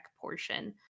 portion